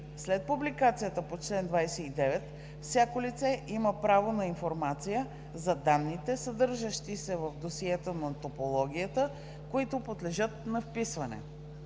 След публикацията по чл. 29 всяко лице има право на информация за данните, съдържащи се в досието на топологията, които подлежат на вписване.